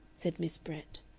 said miss brett.